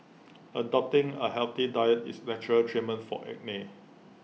adopting A healthy diet is natural treatment for acne